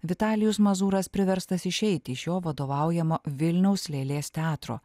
vitalijus mazūras priverstas išeiti iš jo vadovaujamo vilniaus lėlės teatro